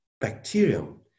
bacterium